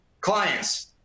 Clients